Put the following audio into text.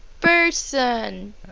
person